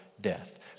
death